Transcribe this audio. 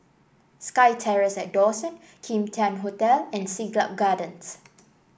SkyTerrace at Dawson Kim Tian Hotel and Siglap Gardens